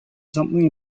something